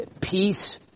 peace